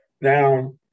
Now